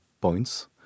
points